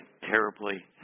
terribly